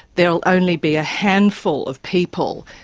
there will only be a handful of people,